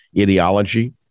ideology